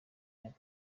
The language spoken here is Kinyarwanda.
myaka